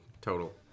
Total